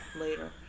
later